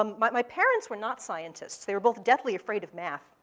um my parents were not scientists. they were both deathly afraid of math,